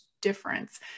difference